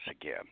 again